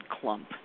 clump